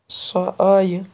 سۄ آیہِ